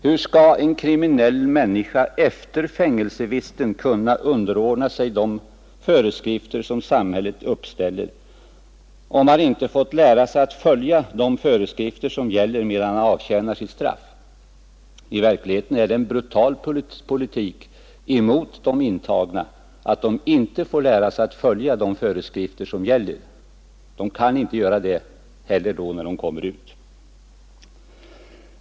Hur skall en kriminell människa efter fängelsevistelsen kunna underordna sig de föreskrifter som samhället uppställer, om han inte fått lära sig att följa de föreskrifter som gäller medan han avtjänar sitt straff? I verkligheten är det en brutal politik mot de intagna att de inte får lära sig att följa de föreskrifter som gäller. De kan inte göra det heller då de kommer ut.